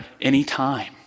anytime